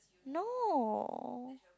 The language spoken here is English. no